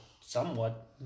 somewhat